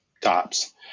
tops